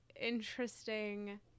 interesting